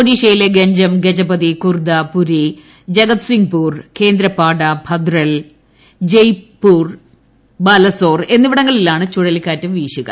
ഒഡീഷയിലെ ഗഞ്ജം ഗജപതി കുർദ പുരി ജഗദ്സിംഗ്പൂർ കേന്ദ്രപാഡ ഭദ്രൽ ജെയ്പൂർ ബാലസോർ എന്നിവിടങ്ങളിലാണ് ചുഴലിക്കാറ്റ് വീശുക